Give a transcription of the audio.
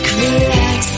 relax